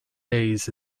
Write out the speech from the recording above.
days